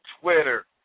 Twitter